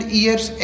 years